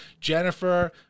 Jennifer